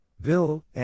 Bill